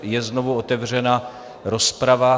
Je znovu otevřena rozprava.